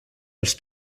els